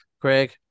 Craig